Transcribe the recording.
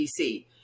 DC